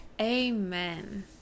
Amen